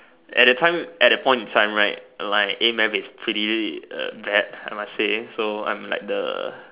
at that time at that point in time right my A math is pretty uh bad I must say so I'm like the